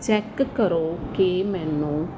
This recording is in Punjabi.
ਚੈੱਕ ਕਰੋ ਕਿ ਮੈਨੂੰ